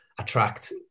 attract